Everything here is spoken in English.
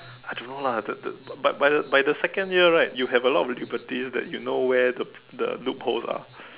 I don't know lah the the but by the by the second year right you have a lot of difficulties that you know where the the loopholes are